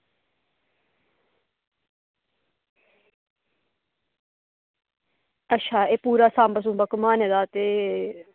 अच्छा ते एह् पूरा सांबा घुम्मानै दा ते